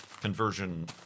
conversion